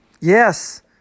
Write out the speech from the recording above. Yes